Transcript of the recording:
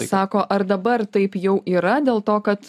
sako ar dabar taip jau yra dėl to kad